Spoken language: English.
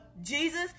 Jesus